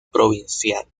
provincial